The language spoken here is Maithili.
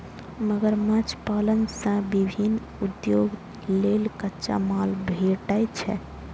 मगरमच्छ पालन सं विभिन्न उद्योग लेल कच्चा माल भेटै छै